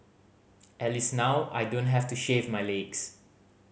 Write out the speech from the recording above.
at least now I don't have to shave my legs